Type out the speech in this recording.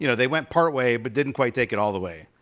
you know they went partway but didn't quite take it all the way.